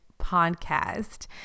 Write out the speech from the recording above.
Podcast